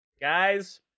Guys